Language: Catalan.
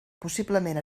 possiblement